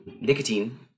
nicotine